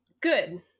Good